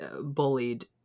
bullied